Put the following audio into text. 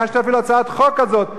הגשתי אפילו הצעת חוק כזאת,